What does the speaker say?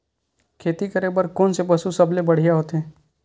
खेती करे बर कोन से पशु सबले बढ़िया होथे?